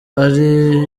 ari